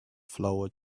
flour